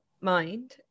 mind